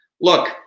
Look